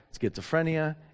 schizophrenia